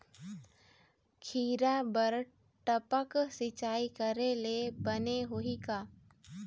खिरा बर टपक सिचाई करे ले बने होही का?